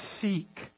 seek